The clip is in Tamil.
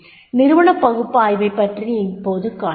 நிறுவனப் பகுப்பாய்வைப் பற்றி இப்போது காண்போம்